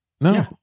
no